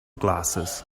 glasses